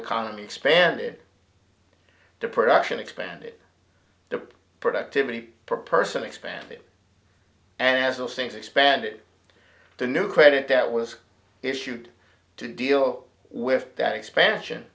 economy expanded the production expanded the productivity per person expanded and as those things expanded to new credit that was issued to deal with that expansion